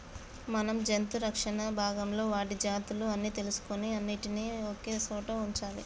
మనం జంతు రక్షణ భాగంలో వాటి జాతులు అన్ని తెలుసుకొని అన్నిటినీ ఒకే సోట వుంచాలి